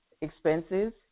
expenses